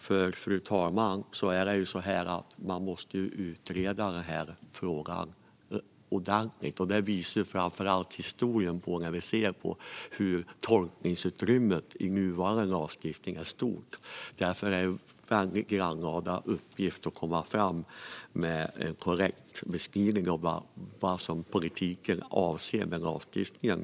Det är ju så, fru talman, att man måste utreda denna fråga ordentligt - det visar framför allt historien på. Vi ser att tolkningsutrymmet i nuvarande lagstiftning är stort. Därför är det en grannlaga uppgift att komma fram med en korrekt beskrivning av vad politiken avser med lagstiftningen.